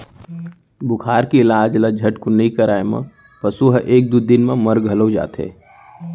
बुखार के इलाज ल झटकुन नइ करवाए म पसु ह एक दू दिन म मर घलौ जाथे